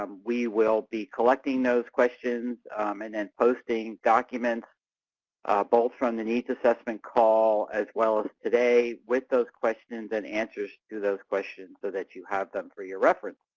um we will be collecting those questions and then posting documents both from the needs assessment call as well as today with those questions and answers to those questions so that you have them for your reference.